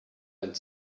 and